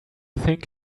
think